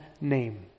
name